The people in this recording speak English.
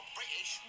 British